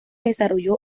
desarrolló